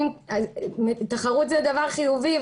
תחרות זה דבר חיובי,